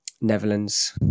Netherlands